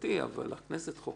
אבל הכנסת חוקקה